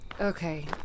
Okay